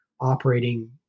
operating